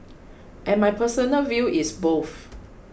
and my personal view is both